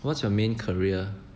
what's your main career